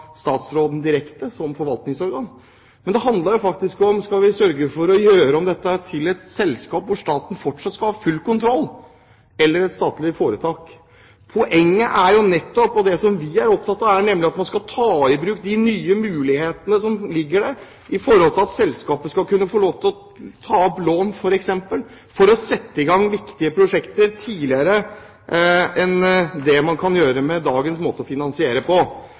forvaltningsorgan. Det handler faktisk om hvorvidt vi skal sørge for å gjøre om dette til et selskap hvor staten fortsatt skal ha full kontroll, eller et statlig foretak. Poenget, og det som vi er opptatt av, er jo nettopp at man skal ta i bruk de nye mulighetene som ligger der for at selskapet skal kunne få lov til å ta opp lån, f.eks. for å sette i gang viktige prosjekter tidligere enn det man kan gjøre med dagens måte å finansiere på.